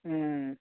अँ